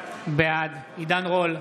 בעד עידן רול,